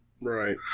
right